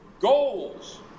Goals